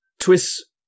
Twists